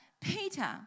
Peter